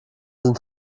sind